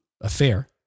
affair